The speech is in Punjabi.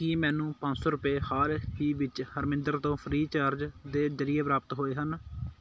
ਕੀ ਮੈਨੂੰ ਪੰਜ ਸੌ ਰੁਪਏ ਹਾਲ ਹੀ ਵਿੱਚ ਹਰਮਿੰਦਰ ਤੋਂ ਫ੍ਰੀਚਾਰਜ ਦੇ ਜ਼ਰੀਏ ਪ੍ਰਾਪਤ ਹੋਏ ਹਨ